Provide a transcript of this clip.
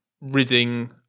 ridding